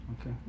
Okay